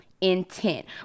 intent